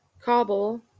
Cobble